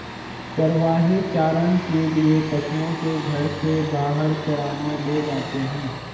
चरवाहे चारण के लिए पशुओं को घर से बाहर चराने ले जाते हैं